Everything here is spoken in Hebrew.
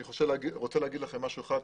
אני רוצה לומר לכם משהו אחד,